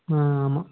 ஆ ஆமாம்